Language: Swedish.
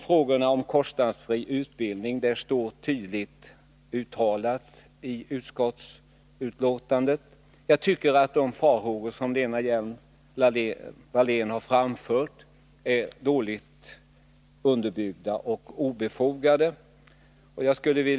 Frågorna om kostnadsfri utbildning är tydligt behandlade i betänkandet. Jag tycker att de farhågor som Lena Hjelm-Wallén har framfört är dåligt underbyggda och obefogade.